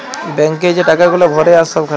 bank এ যে টাকা গুলা ভরে আর সব খাটায়